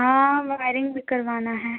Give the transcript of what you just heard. हाँ वायरिंग भी करवाना है